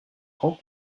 grand